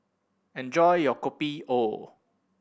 enjoy your Kopi O